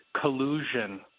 collusion